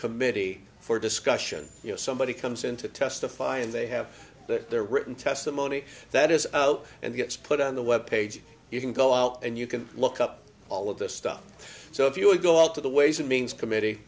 committee for discussion you know somebody comes in to testify and they have their written testimony that is out and gets put on the web page you can go out and you can look up all of this stuff so if you would go all to the ways and means committee